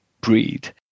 breed